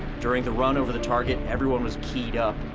during the run over the target, everyone was keyed up,